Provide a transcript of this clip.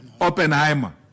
Oppenheimer